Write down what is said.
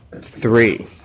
Three